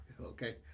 Okay